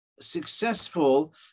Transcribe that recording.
successful